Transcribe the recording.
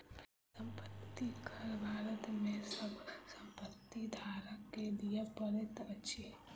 संपत्ति कर भारत में सभ संपत्ति धारक के दिअ पड़ैत अछि